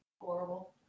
Horrible